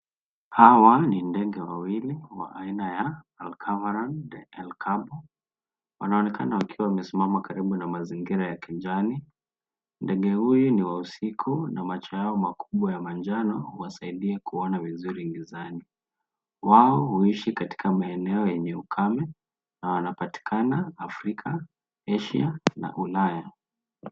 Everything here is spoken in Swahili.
Hawa ni ndege wawili wa aina ya alcaraván del cabo . Wanaonekana wakiwa wamesimama karibu na mazingira ya kijani. Ndege huyu ni wa usiku na macho yao makubwa ya manjano huwasaidia kuona vizuri gizani. Wao huishi katika maeneo yenye ukame na wanapatikana Afrika, Asia na Ulaya.